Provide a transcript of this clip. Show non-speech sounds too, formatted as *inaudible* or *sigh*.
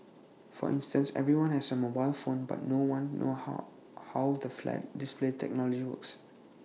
for instance everyone has A mobile phone but no one know how *unintelligible* the flat display technology works